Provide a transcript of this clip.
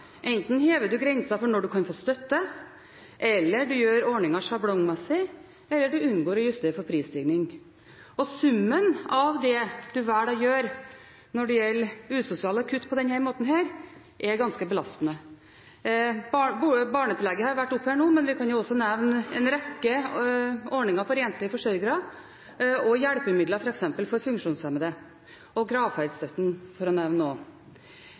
Enten hever man grensen for når man kan få støtte, man gjør ordningen sjablongmessig, eller man unngår å justere for prisstigning. Summen av det man velger å gjøre når det gjelder usosiale kutt på denne måten, er ganske belastende. Barnetillegget har vært nevnt her. Vi kan også nevne en rekke ordninger for enslige forsørgere, hjelpemidler – f.eks. for funksjonshemmede – og gravferdsstøtten, for å nevne